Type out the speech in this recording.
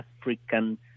African